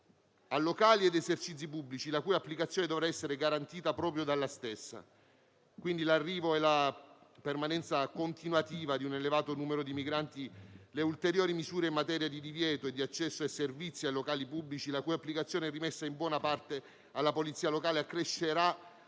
a locali ed esercizi pubblici, la cui applicazione dovrà essere garantita proprio dalla stessa. L'arrivo e la permanenza continuativa di un elevato numero di migranti, le ulteriori misure in materia di divieto e di accesso a servizi e locali pubblici, la cui applicazione è rimessa in buona parte alla polizia locale, accresceranno